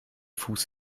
fuß